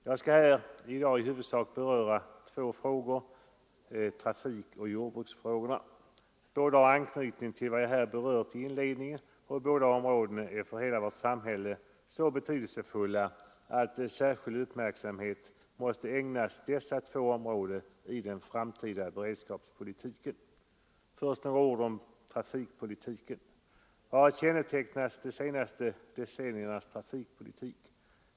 Jag skall i huvudsak beröra två frågor, nämligen trafikoch jordbruksfrågorna. Båda har anknytning till vad jag inledningsvis berört och båda är så betydelsefulla för hela vårt samhälle att särskild uppmärksamhet måste ägnas dessa två områden i den framtida beredskapspolitiken. Först några ord om trafikpolitiken. Vad har kännetecknat de senaste decenniernas trafikpolitik?